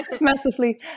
massively